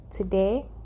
Today